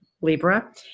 Libra